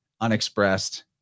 unexpressed